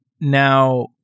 now